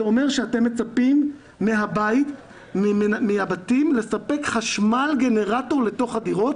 זה אומר שאתם מצפים מהבתים לספק חשמל גנרטור לתוך הדירות.